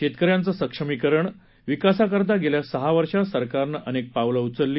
शेतकऱ्यांचं सक्षमीकरण आणि विकासाकरता गेल्या सहा वर्षात सरकारनं अनेक पावलं उचलली